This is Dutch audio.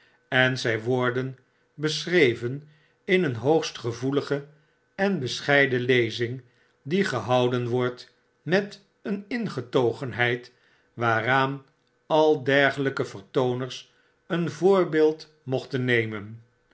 en zy worden beschreven in een hoogst gevoelige en bescheiden lezing die gehouden wordt met een ingetogenheid waaraan al dergelyke vertooners een voorbeeld mochten nemen